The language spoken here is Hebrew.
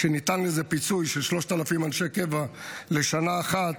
וניתן לזה פיצוי של 3,000 של אנשי קבע לשנה אחת.